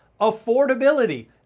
affordability